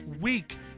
week